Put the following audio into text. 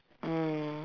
mm